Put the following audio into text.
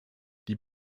die